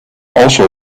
also